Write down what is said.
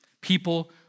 people